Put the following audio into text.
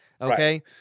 Okay